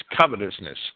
covetousness